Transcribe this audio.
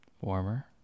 Warmer